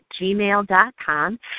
gmail.com